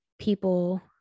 people